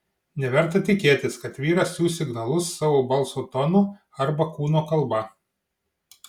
neverta tikėtis kad vyras siųs signalus savo balso tonu arba kūno kalba